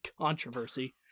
controversy